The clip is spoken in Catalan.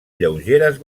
lleugeres